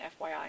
FYI